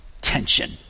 tension